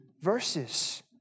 verses